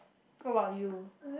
what about you